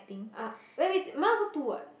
ah w~ wait mine also two what